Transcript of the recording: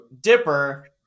dipper